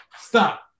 Stop